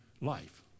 life